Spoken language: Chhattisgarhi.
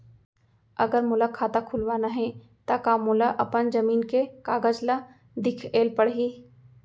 अगर मोला खाता खुलवाना हे त का मोला अपन जमीन के कागज ला दिखएल पढही?